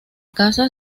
casa